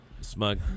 smug